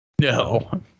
No